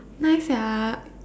nice sia